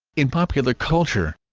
in popular culture